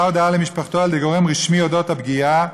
הודעה למשפחתו על-ידי גורם רשמי אודות הפגיעה"